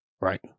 Right